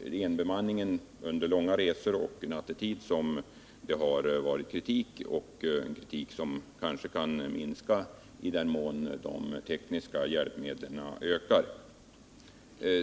enbemanningen under långa resor och nattetid som det har riktats kritik — men kritiken kanske kan minska i den mån de tekniska hjälpmedlen ökar.